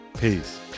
Peace